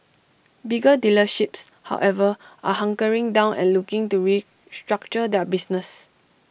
bigger dealerships however are hunkering down and looking to restructure their business